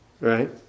Right